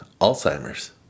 Alzheimer's